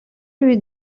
lui